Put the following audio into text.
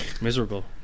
Miserable